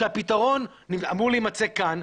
שהפתרון אמור להימצא כאן,